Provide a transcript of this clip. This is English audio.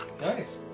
Nice